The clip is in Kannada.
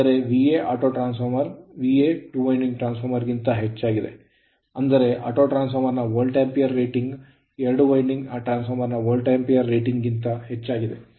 ಅಂದರೆ auto two winding transformer ಗಿಂತ ಹೆಚ್ಚಾಗಿದೆ ಅಂದರೆ ಆಟೋಟ್ರಾನ್ಸ್ ಫಾರ್ಮರ್ ನ Volt ampere ರೇಟಿಂಗ್ ಎರಡು ವೈಂಡಿಂಗ್ ಟ್ರಾನ್ಸ್ ಫಾರ್ಮರ್ ನ Voltampere ರೇಟಿಂಗ್ ಗಿಂತ ಹೆಚ್ಚಾಗಿದೆ